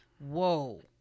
Whoa